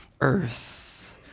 earth